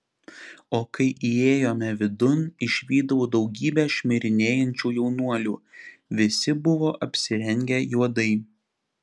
o kai įėjome vidun išvydau daugybę šmirinėjančių jaunuolių visi buvo apsirengę juodai